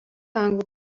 anglų